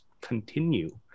continue